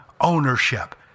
ownership